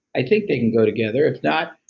i think they can go together. if not,